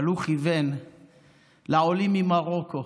אבל הוא כיוון לעולים ממרוקו,